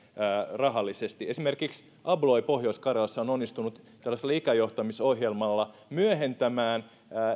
rahallisesti esimerkiksi abloy pohjois karjalassa on onnistunut tällaisella ikäjohtamisohjelmalla myöhentämään